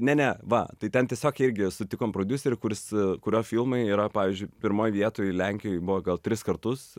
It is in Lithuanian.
ne ne va tai ten tiesiog irgi sutikom prodiuserių kurs kurio filmai yra pavyzdžiui pirmoj vietoj lenkijoj buvo gal tris kartus